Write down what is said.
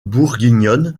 bourguignonne